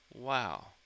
Wow